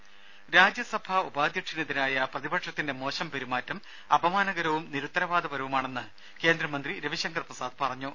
രുമ രാജ്യസഭാ ഉപാധ്യക്ഷനെതിരായ പ്രതിപക്ഷത്തിന്റെ മോശം പെരുമാറ്റം അപമാനകരവും നിരുത്തരവാദപരവുമാണെന്ന് കേന്ദ്രമന്ത്രി രവിശങ്കർ പ്രസാദ് പറഞ്ഞു